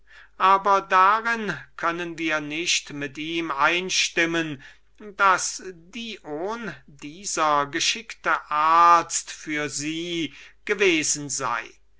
aber darin können wir nicht mit ihm einstimmen daß dion dieser geschickte arzt für sie gewesen sei